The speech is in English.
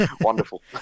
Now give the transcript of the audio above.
Wonderful